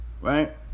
right